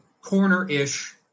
corner-ish